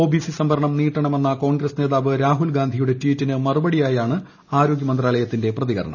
O B C സംവരണം നീട്ടണമെന്ന കോൺഗ്രസ് നേതാവ് രാഹുൽ ഗാന്ധിയുടെ ട്വീറ്റിന് മറുപടിയായാണ് ആരോഗ്യ മന്ത്രാലയത്തിന്റെ പ്രതികരണം